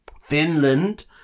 Finland